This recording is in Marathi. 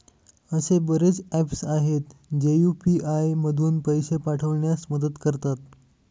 असे बरेच ऍप्स आहेत, जे यू.पी.आय मधून पैसे पाठविण्यास मदत करतात